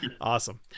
Awesome